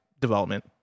development